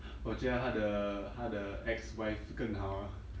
我觉得他的他的 ex-wife 更好 lor